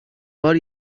بار